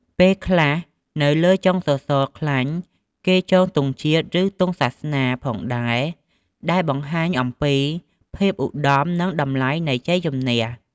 ពេលខ្លះនៅលើចុងសសរខ្លាញ់គេចងទង់ជាតិ ឬទង់សាសនា ផងដែរ ដែលវាបង្ហាញអំពីភាពឧត្តម និងតម្លៃនៃជ័យជម្នះ។